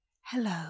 Hello